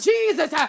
Jesus